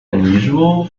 unusual